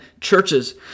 churches